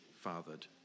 fathered